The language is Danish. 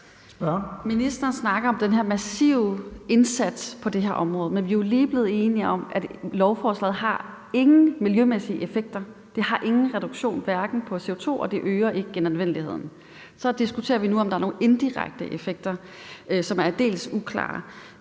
Ministeren snakker om den her massive indsats på det her område. Men vi er jo lige blevet enige om, at lovforslaget ingen miljømæssige effekter har. Der er ingen reduktion af CO2, og det øger ikke genanvendeligheden. Så diskuterer vi nu, om der er nogle indirekte effekter, som er aldeles uklare.